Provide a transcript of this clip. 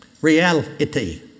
Reality